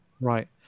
Right